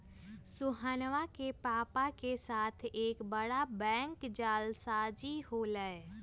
सोहनवा के पापा के साथ एक बड़ा बैंक जालसाजी हो लय